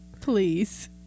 please